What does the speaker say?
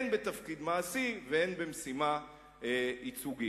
הן בתפקיד מעשי והן במשימה ייצוגית.